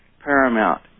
paramount